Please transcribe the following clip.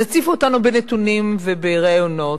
אז הציפו אותנו בנתונים, ובראיונות,